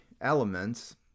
elements